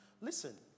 Listen